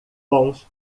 bons